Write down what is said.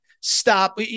stop